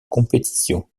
compétition